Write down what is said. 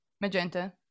magenta